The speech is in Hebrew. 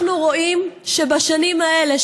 אנחנו רואים שבשנים האלה,